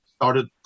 Started